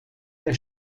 der